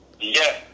yes